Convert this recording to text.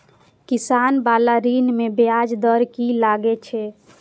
किसान बाला ऋण में ब्याज दर कि लागै छै?